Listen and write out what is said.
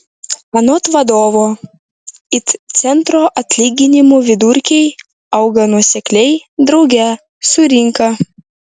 anot vadovo it centro atlyginimų vidurkiai auga nuosekliai drauge su rinka